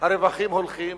הרווחים הולכים